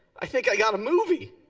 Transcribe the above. i think i got a movie.